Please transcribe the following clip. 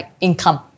income